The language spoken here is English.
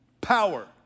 Power